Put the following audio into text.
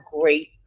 great